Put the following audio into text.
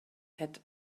had